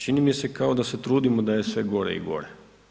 Čini mi se kao da se trudimo da je sve gore i gore.